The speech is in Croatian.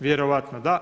Vjerojatno da.